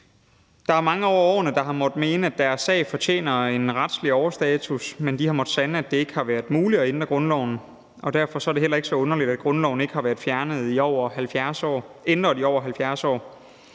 Der er mange over årene, der har ment, at deres sag fortjener en retslig overstatus, men de har måttet sande, at det ikke har været muligt at ændre grundloven. Derfor er det heller ikke så underligt, at grundloven ikke er blevet ændret i over 70 år. For mig er klima-